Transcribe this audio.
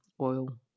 oil